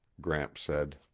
gramps said.